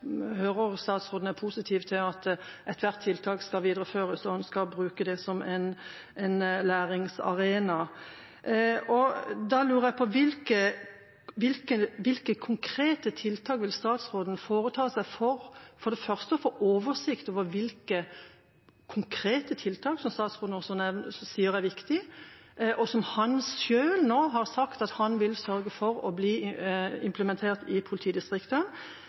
hører statsråden er positiv til at ethvert tiltak skal videreføres, og han skal bruke det som en læringsarena. Da lurer jeg på: Hva vil statsråden foreta seg for for det første å få oversikt over konkrete tiltak, tiltak som statsråden også sier er viktig, og som han selv nå har sagt at han vil sørge for blir implementert i